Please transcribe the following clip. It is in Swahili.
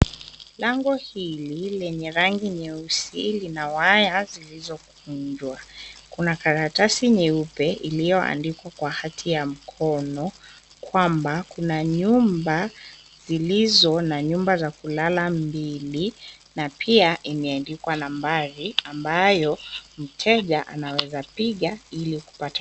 Lango hili lenye rangi nyeusi lina waya zilizokunjwa. Kuna karatasi nyeupe iliyoandikwa kwa hati ya mkono kwamba kuna nyumba zilizo na nyumba za kulala mbili na pia imeandikwa nambari ambayo mteja anaweza piga ili kupata.